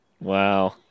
Wow